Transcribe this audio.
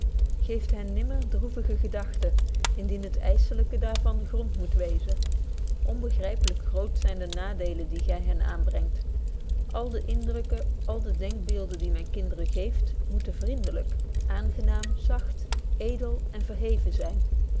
geeft hen nimmer droevige gedagten indien het ysselyke daar van de grond moet wezen onbegrypelijk groot zyn de nadeelen die gy hen aanbrengt alle de indrukken alle de denkbeelden die men kinderen geeft moeten vriendelyk aangenaam zacht edel en verheven zyn